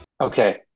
Okay